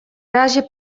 razie